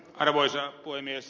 arvoisa puhemies